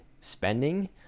spending